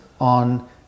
on